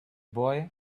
boy